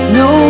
no